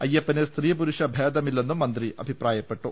അയ്യപ്പന് സ്ത്രീ പു രുഷ ഭേദമില്ലെന്നും മന്ത്രി അഭിപ്രായപ്പെട്ടു